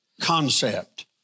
concept